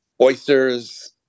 oysters